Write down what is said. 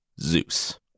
Zeus